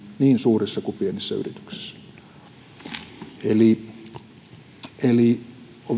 niin suurissa kuin pienissä yrityksissä eli